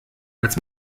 als